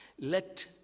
Let